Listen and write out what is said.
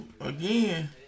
again